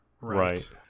right